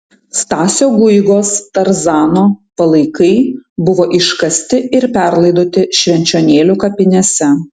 stasio guigos tarzano palaikai buvo iškasti ir perlaidoti švenčionėlių kapinėse